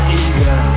eager